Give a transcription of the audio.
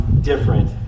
different